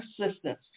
assistance